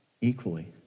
equally